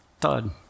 thud